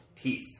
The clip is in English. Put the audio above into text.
teeth